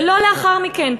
ולא לאחר מכן.